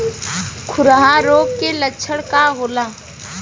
खुरहा रोग के लक्षण का होला?